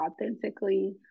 authentically